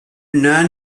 non